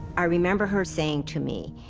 i remember her saying to me,